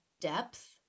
depth